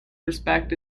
respect